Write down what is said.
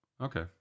Okay